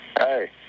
Hey